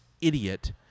idiot